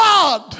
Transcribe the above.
God